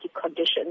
conditions